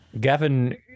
Gavin